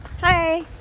Hi